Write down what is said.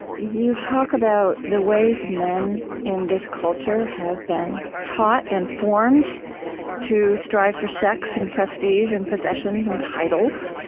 you talk about the ways men in this culture have been taught and formed to strive for sex and prestige and possessions and titles,